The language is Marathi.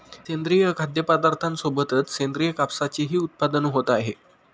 सेंद्रिय खाद्यपदार्थांसोबतच सेंद्रिय कापसाचेही उत्पादन होत आहे